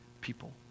people